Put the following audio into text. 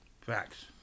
Facts